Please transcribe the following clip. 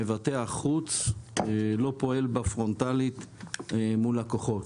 מבטח חוץ לא פועל פרונטלית מול לקוחות.